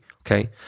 okay